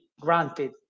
granted